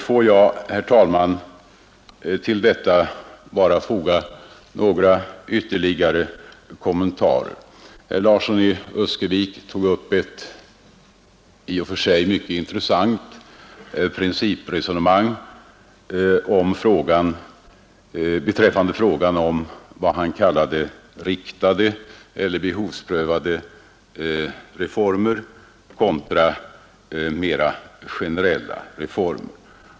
Låt mig, herr talman, till detta bara foga ytterligare några kommentarer. Herr Larsson i Öskevik tog upp ett i och för sig mycket intressant principresonemang beträffande frågan om vad han kallade riktade eller behovsprövade reformer kontra mera generella reformer.